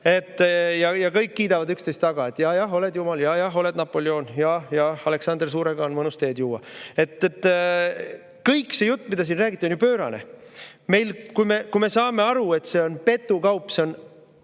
ja kõik kiidavad üksteist taga, et ja-jah, oled jumal, ja-jah, oled Napoleon, ja Aleksander Suurega on mõnus teed juua. Kõik see jutt, mida siin räägiti, on ju pöörane, kui me saame aru, et see on petukaup. See on